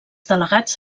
delegats